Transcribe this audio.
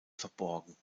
verborgen